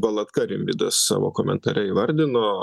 valatka rimvydas savo komentare įvardino